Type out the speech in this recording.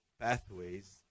pathways